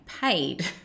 paid